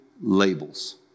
labels